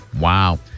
Wow